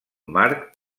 marc